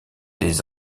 des